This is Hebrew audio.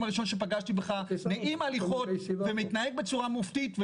הראשון שפגשתי בך נעים הליכות ומתנהג בצורה מופתית,